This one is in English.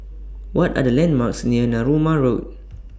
What Are The landmarks near Narooma Road